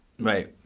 Right